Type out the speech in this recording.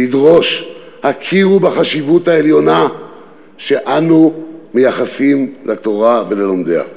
לדרוש: הכירו בחשיבות העליונה שאנו מייחסים לתורה וללומדיה.